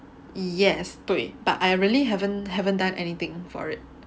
yes 对 but I really haven't haven't done anything for it